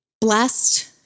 Blessed